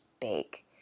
bake